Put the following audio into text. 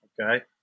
Okay